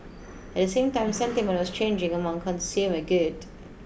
at the same time sentiment was changing among consumer good